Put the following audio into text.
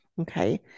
Okay